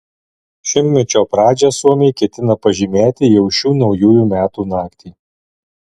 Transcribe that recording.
šimtmečio pradžią suomiai ketina pažymėti jau šių naujųjų metų naktį